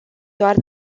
doar